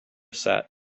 set